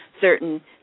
certain